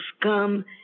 come